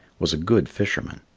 was a good fisherman.